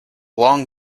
long